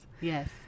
Yes